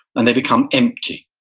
and they become empty.